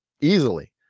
easily